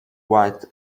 white